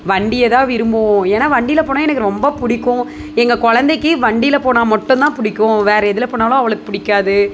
வண்டியை தான் விரும்புவோம் ஏன்னால் வண்டியில் போனால் எனக்கு ரொம்ப பிடிக்கும் எங்கள் குழந்தைக்கு வண்டியில் போனால் மட்டும் தான் பிடிக்கும் வேறு எதில் போனாலும் அவளுக்கு பிடிக்காது